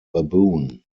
baboon